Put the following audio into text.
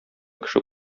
кеше